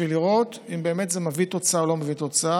בשביל לראות אם זה באמת מביא תוצאה או לא מביא תוצאה,